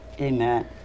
Amen